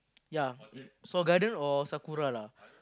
ya seoul garden or sakura lah